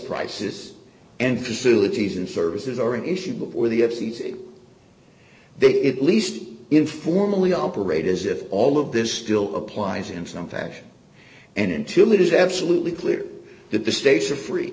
prices and facilities and services are an issue before the f c c it least informally operate as if all of this still applies in some fashion and until it is absolutely clear that the states are free